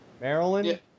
Maryland